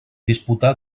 disputà